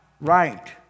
right